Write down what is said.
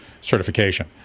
certification